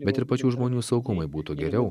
bet ir pačių žmonių saugumui būtų geriau